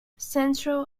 central